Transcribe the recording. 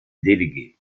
délégué